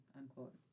unquote